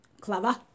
clever